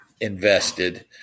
invested